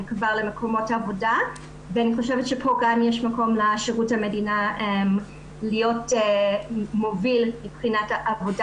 ואני חושבת שפה יש גם מקום לשירות המדינה להיות מוביל מבחינת העבודה